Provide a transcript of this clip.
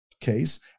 case